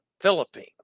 Philippines